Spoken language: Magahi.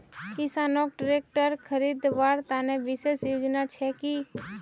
किसानोक ट्रेक्टर खरीदवार तने विशेष योजना छे कि?